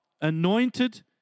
anointed